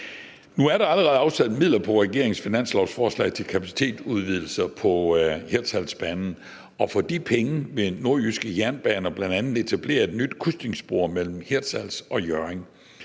Nu er der allerede afsat midler på regeringens finanslovsforslag til kapacitetsudvidelser på Hirtshalsbanen, og for de penge vil Nordjyske Jernbaner bl.a. etablere et nyt krydsningsspor mellem Hirtshals og Hjørring.